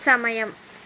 సమయం